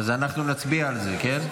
אז אנחנו נצביע על זה, כן?